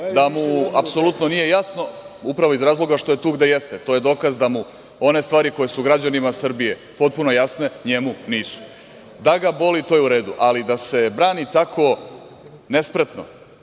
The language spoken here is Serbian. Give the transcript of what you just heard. da mu apsolutno nije jasno upravo iz razloga što je tu gde jeste. To je dokaz da mu one stvari koje su građanima Srbije potpuno jasne, njemu nisu. Da ga boli, to je uredu, ali da se brani tako nespretno,